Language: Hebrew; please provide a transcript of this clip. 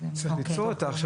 אולי צריך ליצור את זה.